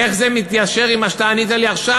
איך זה מתיישר עם מה שאתה ענית לי עכשיו,